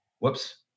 whoops